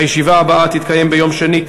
הישיבה הבאה תתקיים ביום שני,